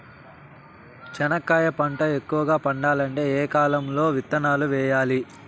చెనక్కాయ పంట ఎక్కువగా పండాలంటే ఏ కాలము లో విత్తనాలు వేయాలి?